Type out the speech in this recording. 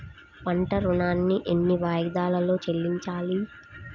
పంట ఋణాన్ని ఎన్ని వాయిదాలలో చెల్లించాలి?